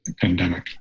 pandemic